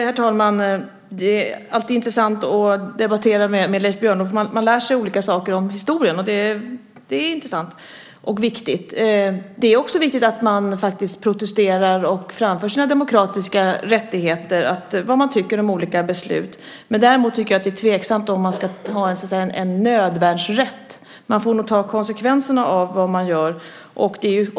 Herr talman! Det är alltid intressant att debattera med Leif Björnlod, för man lär sig olika saker om historien, och det är intressant och viktigt. Det är också viktigt att man faktiskt protesterar, använder sina demokratiska rättigheter och framför vad man tycker om olika beslut. Däremot tycker jag att det är tveksamt om man ska ha en nödvärnsrätt. Man får nog ta konsekvenserna av vad man gör.